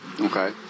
Okay